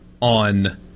on